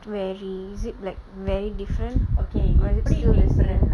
vary is it like very different or is it still the same